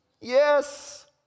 Yes